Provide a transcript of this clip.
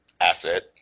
asset